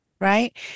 right